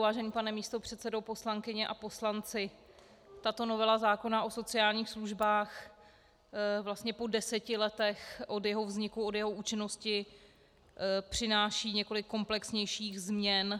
Vážený pane místopředsedo, poslankyně a poslanci, tato novela o sociálních službách vlastně po deseti letech od jeho vzniku, od jeho účinnosti, přináší několik komplexnějších změn.